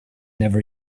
never